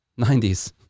90s